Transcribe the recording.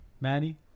Manny